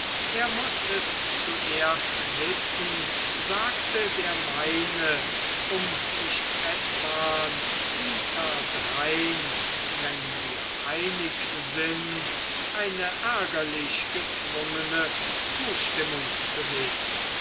er muß es zuerst wissen sagte der meine um nicht etwan hinterdrein wenn wir einig sind eine ärgerlich erzwungene zustimmung zu geben